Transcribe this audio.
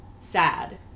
sad